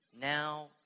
Now